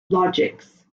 logics